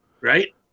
right